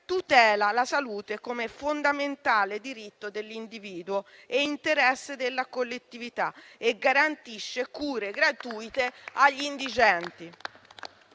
tutela la salute come fondamentale diritto dell'individuo e interesse della collettività e garantisce cure gratuite agli